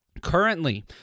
Currently